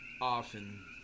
often